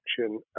action